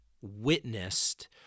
witnessed